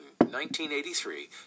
1983